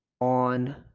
on